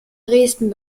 dresden